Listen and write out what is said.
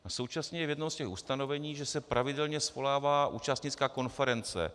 A současně je v jednom z těch ustanovení, že se pravidelně svolává účastnická konference.